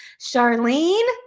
Charlene